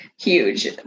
huge